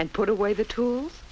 and put away the tools